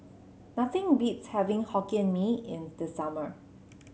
nothing beats having Hokkien Mee in the summer